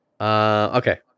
okay